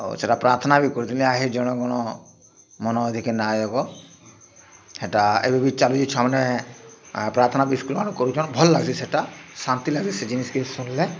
ସେଟା ପ୍ରାର୍ଥନା ବି କରୁଥିଲି ଆହେ ଜନ ଗଣ ମନ ଅଧିନାୟକ ହେଟା ଏବେ ବି ଚାଲୁଛେ ଛୁଆମାନେ ପ୍ରାର୍ଥନା ବି ଇସ୍କୁଲ୍ମାନେନ କରୁଛନ୍ ଭଲ୍ ଲାଗ୍ସି ସେଟା ଶାନ୍ତି ଲାଗ୍ସି ସେ ଜିନିଷ୍କେ ଶୁନ୍ଲେ